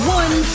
one